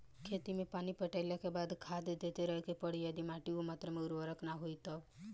खेत मे पानी पटैला के बाद भी खाद देते रहे के पड़ी यदि माटी ओ मात्रा मे उर्वरक ना होई तब?